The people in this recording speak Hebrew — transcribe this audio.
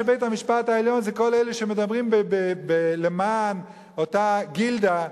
הבעיה היא שבית-המשפט העליון זה כל אלה שמדברים למען אותה גילדה,